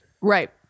Right